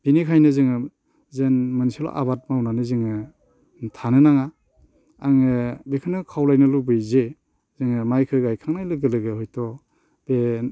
बेनिखायनो जोङो जों मोनसेल' आबाद मावनानै जोङो थानो नाङा आङो बेखौनो खावलायनो लुबैयो जे जोङो माइखौ गायखांनाय लोगो लोगो हयथ' बे